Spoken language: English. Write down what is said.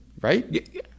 Right